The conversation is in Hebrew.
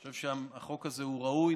אני חושב שהחוק הזה הוא ראוי,